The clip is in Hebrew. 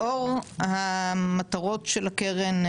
לאור המטרות של הקרן,